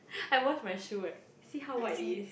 I wash my shoe eh see how white it is